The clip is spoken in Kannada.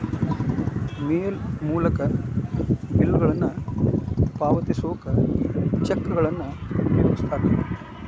ಮೇಲ್ ಮೂಲಕ ಬಿಲ್ಗಳನ್ನ ಪಾವತಿಸೋಕ ಚೆಕ್ಗಳನ್ನ ಉಪಯೋಗಿಸ್ತಾರ